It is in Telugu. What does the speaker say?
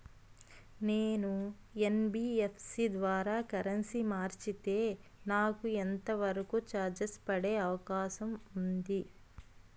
నేను యన్.బి.ఎఫ్.సి ద్వారా కరెన్సీ మార్చితే నాకు ఎంత వరకు చార్జెస్ పడే అవకాశం ఉంది?